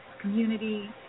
community